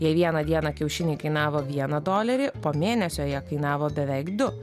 jei vieną dieną kiaušiniai kainavo vieną dolerį po mėnesio jie kainavo beveik du